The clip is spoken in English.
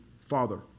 Father